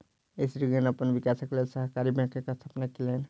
स्त्रीगण अपन विकासक लेल सहकारी बैंकक स्थापना केलैन